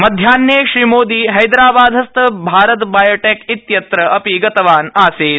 मध्यानि श्रीमोदी हैदराबादस्थ भारत बायोटेक् इत्यत्र अगि गतवान् आसीत्